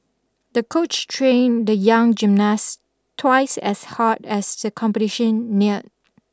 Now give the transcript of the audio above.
the coach trained the young gymnast twice as hard as the competition neared